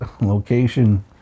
location